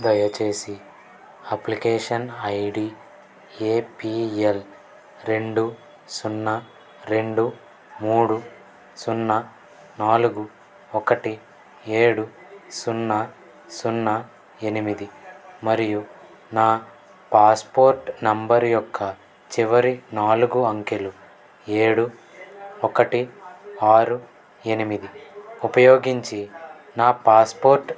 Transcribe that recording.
దయచేసి application ID APL రెండు సున్నా రెండు మూడు సున్నా నాలుగు ఒకటి ఏడు సున్నా సున్నా ఎనిమిది మరియు నా పాస్పోర్ట్ నంబర్ యొక్క చివరి నాలుగు అంకెలు ఏడు ఒకటి ఆరు ఎనిమిది ఉపయోగించి నా పాస్పోర్ట్